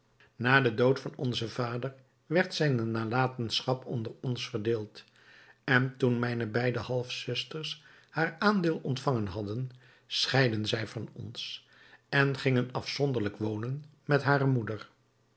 na den dood van onzen vader werd zijne nalatenschap onder ons verdeeld en toen mijne beide half zusters haar aandeel ontvangen hadden scheidden zij van ons en gingen afzonderlijk wonen met hare moeder